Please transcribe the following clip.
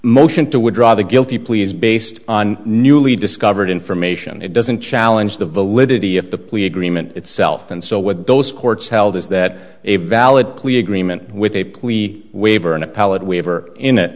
motion to withdraw the guilty plea is based on newly discovered information it doesn't challenge the validity of the plea agreement itself and so what those courts held is that a valid plea agreement with a plea waiver an appellate waiver in it